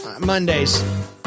Mondays